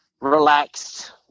relaxed